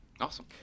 Awesome